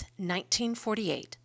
1948